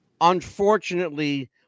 Unfortunately